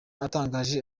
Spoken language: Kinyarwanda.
atangaje